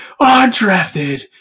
undrafted